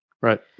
Right